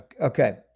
Okay